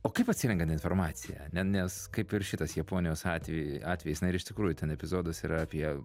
o kaip atsirenkat informaciją ne nes kaip ir šitas japonijos atveju atvejis na ir iš tikrųjų ten epizodas yra apie